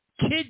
Kid